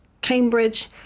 Cambridge